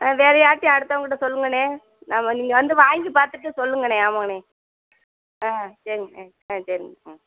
ஆ வேற யார்டையும் அடுத்தவங்கட்ட சொல்லுங்கண்ணே ஆமாம் நீங்கள் வந்து வாங்கி பார்த்துட்டு சொல்லுங்கண்ணே ஆமாங்கண்ணே ஆ சரிங்கண்ணே ஆ சரிங்கண்ணே ம்